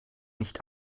nicht